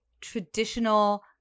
traditional